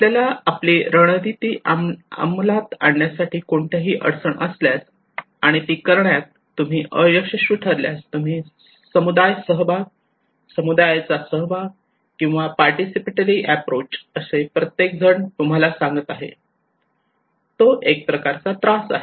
आपल्याला आपली रणनीती अंमलात आणण्यात कोणतीही अडचण असल्यास आणि ती करण्यात तुम्ही अयशस्वी ठरल्यास तुम्ही समुदाय सहभाग समुदायाचा सहभाग किंवा पार्टिसिपेटरी ऍप्रोच असे प्रत्येकजण तुम्हाला सांगत आहे तो एक प्रकारचा त्रास आहे